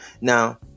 Now